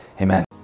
Amen